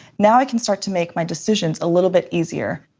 now i can start to make my decisions a little bit easier.